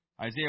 Isaiah